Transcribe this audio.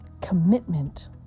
commitment